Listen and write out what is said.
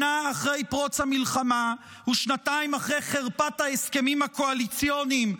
שנה אחרי פרוץ המלחמה ושנתיים אחרי חרפת ההסכמים הקואליציוניים,